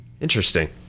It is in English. Interesting